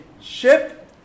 ship